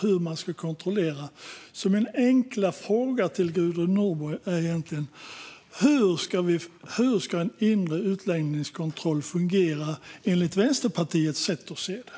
Hur ska en inre utlänningskontroll, Gudrun Nordborg, fungera enligt Vänsterpartiets sätt att se det?